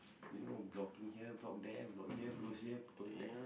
you know blocking here block there block here close here close there